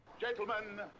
Gentlemen